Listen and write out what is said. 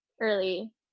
early